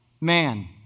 man